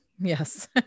Yes